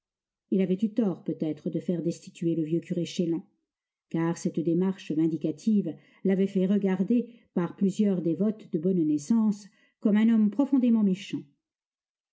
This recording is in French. il avait eu tort peut-être de faire destituer le vieux curé chélan car cette démarche vindicative l'avait fait regarder par plusieurs dévotes de bonne naissance comme un homme profondément méchant